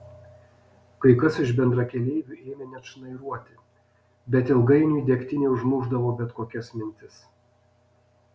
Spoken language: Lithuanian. kai kas iš bendrakeleivių ėmė net šnairuoti bet ilgainiui degtinė užmušdavo bet kokias mintis